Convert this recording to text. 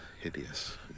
Hideous